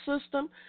system